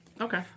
Okay